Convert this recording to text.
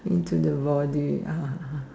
into the body